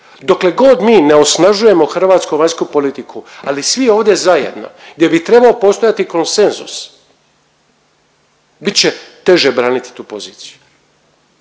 Dokle god mi ne osnažujemo hrvatsku vanjsku politiku, ali i svi ovdje zajedno gdje bi trebao postojati konsenzus, bit će teže braniti tu poziciju